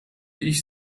ich